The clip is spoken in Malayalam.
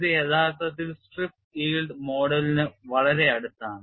ഇത് യഥാർത്ഥത്തിൽ സ്ട്രിപ്പ് yield മോഡലിന് വളരെ അടുത്താണ്